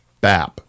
bap